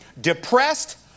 depressed